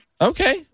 Okay